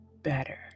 better